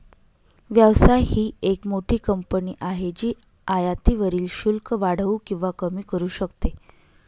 व्यवसाय ही एक मोठी कंपनी आहे जी आयातीवरील शुल्क वाढवू किंवा कमी करू शकते